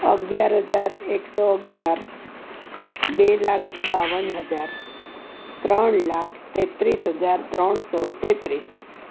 અગિયાર હજાર એકસો અગિયાર બે લાખ બાવન હજાર ત્રણ લાખ તેત્રીસ હજાર ત્રણસો તેંત્રીસ